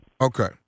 Okay